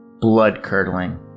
blood-curdling